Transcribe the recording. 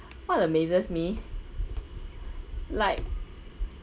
what amazes me like